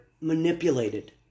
manipulated